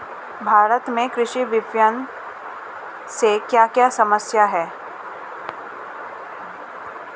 भारत में कृषि विपणन से क्या क्या समस्या हैं?